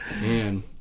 Man